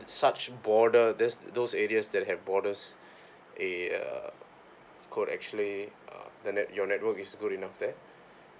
such border these those areas that have borders eh uh could actually uh the network your network is good enough there